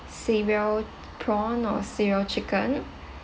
cereal prawn or cereal chicken